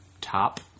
top